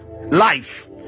life